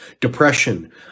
depression